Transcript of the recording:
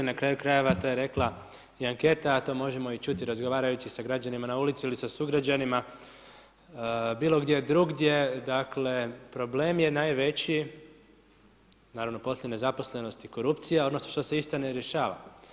Na kraju-krajeva to je rekla i anketa, a to možemo i čuti razgovarajući sa građanima na ulici ili sa sugrađanima bilo gdje drugdje, dakle, problem je najveći, naravno poslije nezaposlenosti i korupcije, ono što se ista ne rješava.